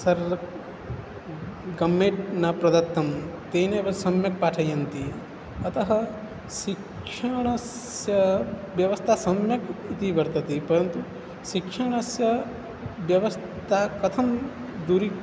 sir गम्मेट् न प्रदत्तं तेनैव सम्यक् पाठयन्ति अतः शिक्षणस्य व्यवस्था सम्यक् इति वर्तते परन्तु शिक्षणस्य व्यवस्था कथं दूरी